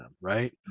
Right